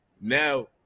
now